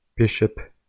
bishop